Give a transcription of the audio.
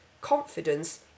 confidence